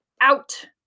out